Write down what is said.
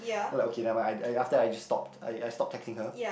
then like okay never mind I after that I just stopped I stopped texting her